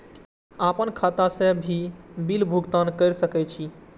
आपन खाता से भी बिल भुगतान कर सके छी?